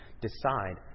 decide